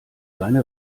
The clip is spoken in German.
seine